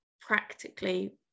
practically